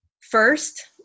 first